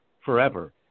forever